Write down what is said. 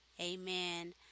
Amen